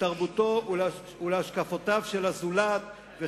לתרבותו ולהשקפותיו של הזולת,